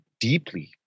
deeply